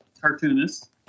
cartoonist